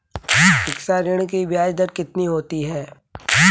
शिक्षा ऋण की ब्याज दर कितनी होती है?